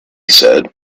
said